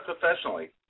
professionally